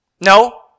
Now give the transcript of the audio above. No